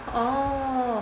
oh